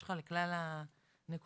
שזה גם מאוד מקדם חשיפה,